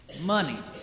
money